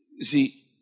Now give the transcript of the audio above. See